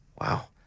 Wow